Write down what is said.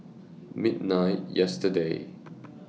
midnight yesterday